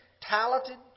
Talented